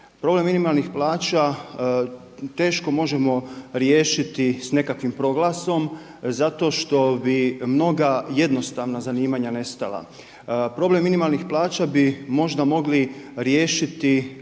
Problem minimalnih plaća teško možemo riješiti s nekakvim proglasom zato što bi mnoga jednostavna zanimanja nestala. Problem minimalnih plaća bi možda mogli riješiti